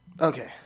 Okay